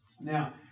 Now